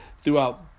...throughout